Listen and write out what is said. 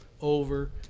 over